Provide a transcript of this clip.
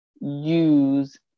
use